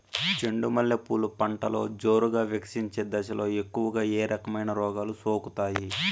చెండు మల్లె పూలు పంటలో జోరుగా వికసించే దశలో ఎక్కువగా ఏ రకమైన రోగాలు సోకుతాయి?